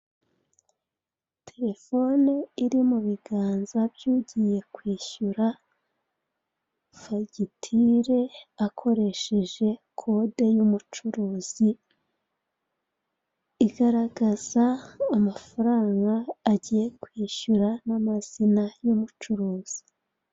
Telefone iri mu biganza by'ugiye kwishyura fagitire akoresheje kode y'umucuruzi, igaragaza amafaranga agiye kwishyura n'amazina y'umucuruzi.